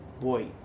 boy